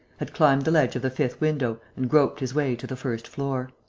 had climbed the ledge of the fifth window and groped his way to the first floor.